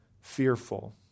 fearful